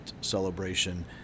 celebration